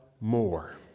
more